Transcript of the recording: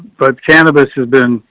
but cannabis has been,